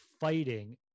fighting